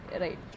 Right